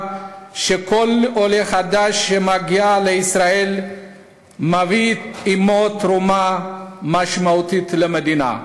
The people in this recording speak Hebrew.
שכל עולה חדש שמגיע לישראל מביא עמו תרומה משמעותית למדינה.